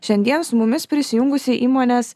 šiandien su mumis prisijungusi įmonės